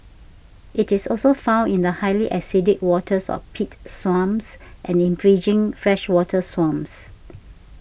it is also found in the highly acidic waters of peat swamps and in fringing freshwater swamps